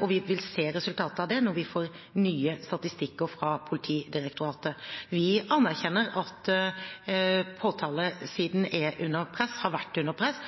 og vi vil se resultatet av det når vi får nye statistikker fra Politidirektoratet. Vi anerkjenner at påtalesiden er under press, og har vært under press,